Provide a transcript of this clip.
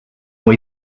ont